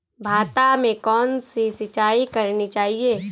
भाता में कौन सी सिंचाई करनी चाहिये?